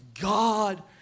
God